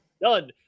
Done